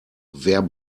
wer